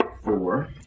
Four